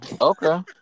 okay